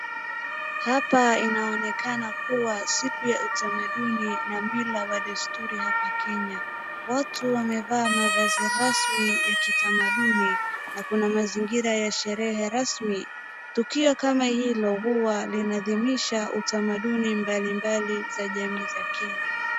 Hapa inaonekana kuwa siku ya utamaduni na mila wa desturi hapa Kenya, watu wamevaa mavazi rasmi ya kitamaduni na kuna mazingira ya sherehe rasmi. Tukio kama hilo huwa linaadhimisha utamaduni mbalimbali za jamii ya Kenya.